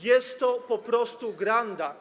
Jest to po prostu granda.